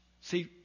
See